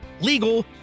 legal